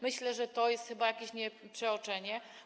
Myślę, że to jest chyba jakieś przeoczenie.